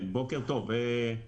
בוקר טוב.